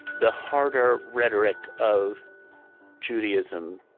the harder rhetoric of judaism,